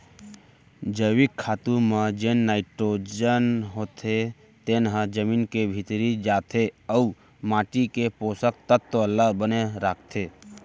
जैविक खातू म जेन नाइटरोजन होथे तेन ह जमीन के भीतरी जाथे अउ माटी के पोसक तत्व ल बने राखथे